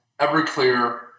Everclear